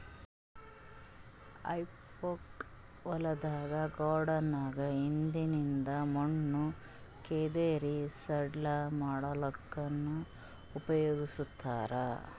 ಹೆಫೋಕ್ ಹೊಲ್ದಾಗ್ ಗಾರ್ಡನ್ದಾಗ್ ಇದ್ದಿದ್ ಮಣ್ಣ್ ಕೆದರಿ ಸಡ್ಲ ಮಾಡಲ್ಲಕ್ಕನೂ ಉಪಯೊಗಸ್ತಾರ್